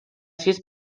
sis